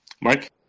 Mark